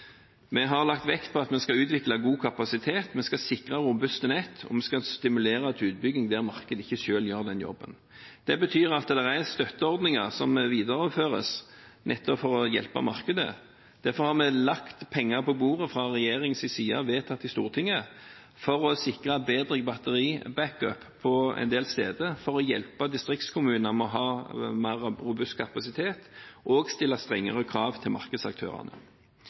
vi har sittet og styrt. Vi har lagt vekt på at vi skal utvikle god kapasitet, vi skal sikre robuste nett, og vi skal stimulere til utbygging der markedet selv ikke gjør den jobben. Det betyr at det er støtteordninger som videreføres nettopp for å hjelpe markedet. Derfor har vi lagt penger på bordet fra regjeringens side, vedtatt i Stortinget, for å sikre bedre batteribackup på en del steder for å hjelpe distriktskommuner med å ha mer robust kapasitet og stille strengere krav til markedsaktørene.